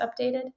updated